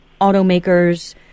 automakers